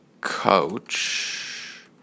Coach